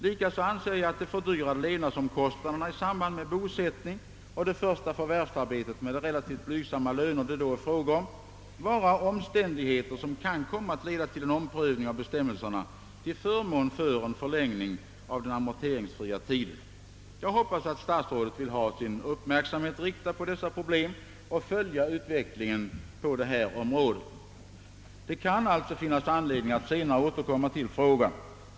Likaså anser jag att de fördyrade levnadsomkostnaderna i samband med bosättning och det första förvärvsarbetet med de relativt blygsamma löner som det då är fråga om utgör omständigheter som kan leda till en omprövning av bestämmelserna till förmån för en förlängning av den amorteringsfria tiden. Jag hoppas att statsrådet vill ha sin uppmärksamhet riktad på dessa problem och följa utvecklingen på detta område. Det kan alltså finnas anledning att senare återkomma till frågan.